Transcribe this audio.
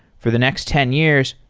for the next ten years,